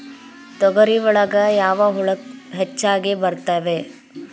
ತೊಗರಿ ಒಳಗ ಯಾವ ಹುಳ ಹೆಚ್ಚಾಗಿ ಬರ್ತವೆ?